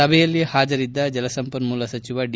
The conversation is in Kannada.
ಸಭೆಯಲ್ಲಿ ಹಾಜರಿದ್ದ ಜಲಸಂಪನ್ನೂಲ ಸಚಿವ ಡಿ